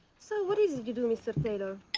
so, what is it you do? mr. taylor?